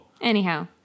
Anyhow